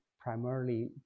primarily